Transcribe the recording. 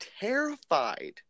terrified